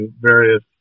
various